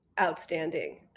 outstanding